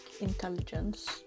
intelligence